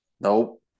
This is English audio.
Nope